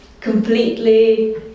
completely